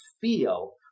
feel